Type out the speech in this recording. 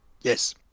yes